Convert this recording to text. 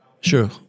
Sure